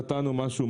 נתנו משהו,